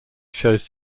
shows